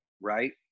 right